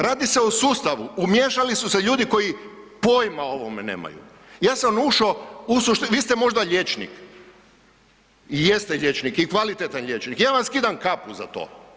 Radi se o sustavu, umiješali su se ljudi koji pojma o ovome nemaju, ja sam ušao, vi ste možda liječnik i jeste liječnik i kvalitetan liječnik i ja vam skidam kapu za to.